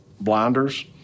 blinders